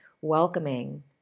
welcoming